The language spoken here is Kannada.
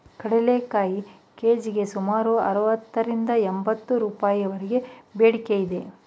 ಕಡಲೆಕಾಯಿ ಕೆ.ಜಿಗೆ ಸುಮಾರು ಅರವತ್ತರಿಂದ ಎಂಬತ್ತು ರೂಪಾಯಿವರೆಗೆ ಬೇಡಿಕೆ ಇದೆ